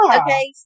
Okay